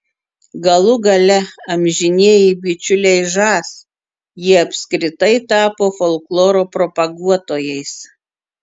galų gale amžinieji bičiuliai žas jie apskritai tapo folkloro propaguotojais